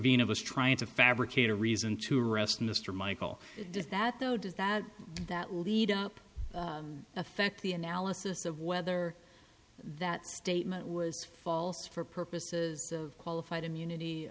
trevino was trying to fabricate a reason to arrest mr michael is that though does that that lead up affect the analysis of whether that statement was false for purposes of qualified immunity